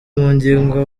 ngingo